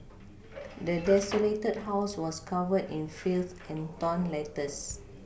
the desolated house was covered in filth and torn letters